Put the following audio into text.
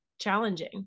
challenging